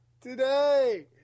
Today